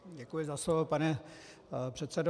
Děkuji za slovo, pane předsedo.